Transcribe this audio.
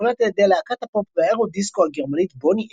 שהוקלט על ידי להקת הפופ והאירו-דיסקו הגרמנית בוני אם,